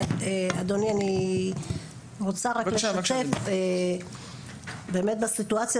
אדוני אני רוצה רק לשתף באמת בסיטואציה